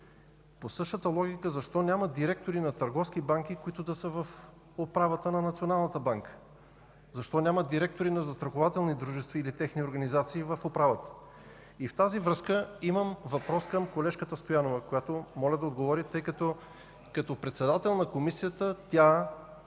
По същата логика – защо няма директори на търговски банки, които да са в управата на националната банка? Защо няма директори на застрахователни дружества или техни организации в управата? В тази връзка имам въпрос към колежката Стоянова. Моля я да отговори, тъй като тя като председател на Комисията –